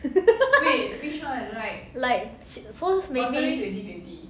like shit so maybe